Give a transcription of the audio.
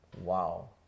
Wow